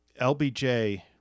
LBJ